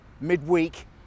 Midweek